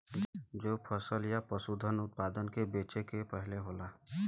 जो फसल या पसूधन उतपादन के बेचे के पहले होला